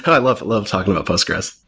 i love love talking about postgres.